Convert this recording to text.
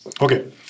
Okay